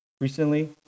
recently